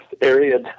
area